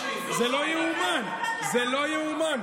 זה לא יאומן, זה לא יאומן.